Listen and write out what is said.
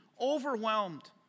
overwhelmed